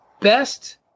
best